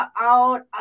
out